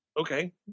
Okay